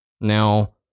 Now